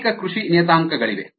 ಅನೇಕ ಕೃಷಿ ನಿಯತಾಂಕಗಳಿವೆ